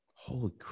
Holy